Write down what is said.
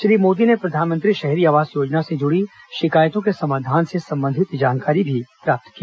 श्री मोदी ने प्रधानमंत्री शहरी आवास योजना से जुड़ी शिकायतों के समाधान से संबंधित जानकारी भी प्राप्त की